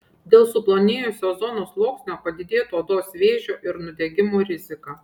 dėl suplonėjusio ozono sluoksnio padidėtų odos vėžio ir nudegimų rizika